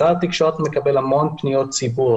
משרד התקשורת מקבל המון פניות ציבור